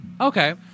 Okay